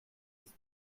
ist